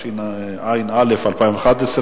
התשע"א 2011,